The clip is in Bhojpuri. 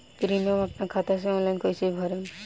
प्रीमियम अपना खाता से ऑनलाइन कईसे भरेम?